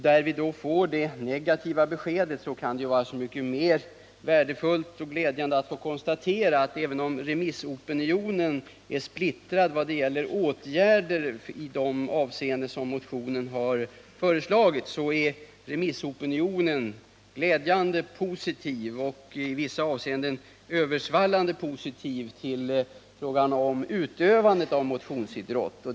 När vi får det negativa beskedet kan det väl vara så mycket mer värdefullt och glädjande att kunna konstatera att remissopinionen, även om denna är splittrad vad gäller åtgärder i de avseenden som motionen föreslagit, är glädjande positiv och i vissa avseenden översvallande positiv till frågan om utövandet av motionsidrott.